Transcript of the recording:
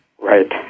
Right